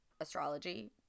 astrology